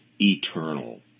eternal